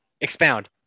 Expound